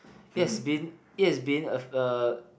it has been it has been a a